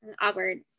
awkward